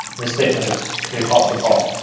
the statement of the apostle paul